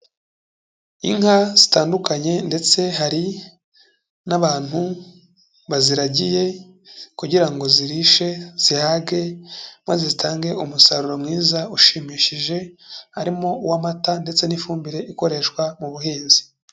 Inka zitandukanye ndetse hari n'abantu baziragiye kugira ngo zirishe zihage maze zitange umusaruro mwiza ushimishije, harimo uw'amata ndetse n'ifumbire ikoreshwa mu buhinzi.